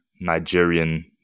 Nigerian